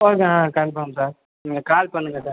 okay ஆ confirm sir நீங்கள் call பண்ணுங்கள் சார்